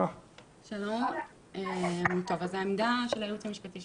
לעומת זה, הנושא של המחלים זה